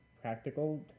practical